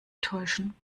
täuschen